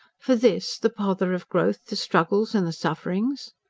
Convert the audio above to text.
for this the pother of growth, the struggles, and the sufferings?